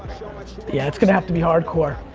yeah, it's gonna have to be hardcore.